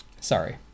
Sorry